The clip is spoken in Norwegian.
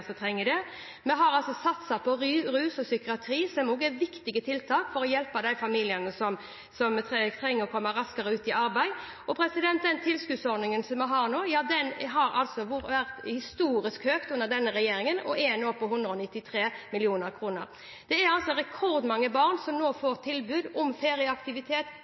som trenger det. Vi har satset på tiltak innenfor rus og psykiatri, som også er viktige tiltak for å hjelpe de familiene som trenger å komme raskere ut i arbeid. Og den tilskuddsordningen vi har nå, har vært historisk høy under denne regjeringen og er nå på 193 mill. kr. Det er rekordmange barn som nå får tilbud om